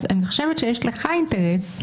אני חושבת שיש לך אינטרס,